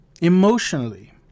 emotionally